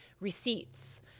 receipts